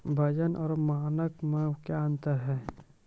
वजन और मानक मे क्या अंतर हैं?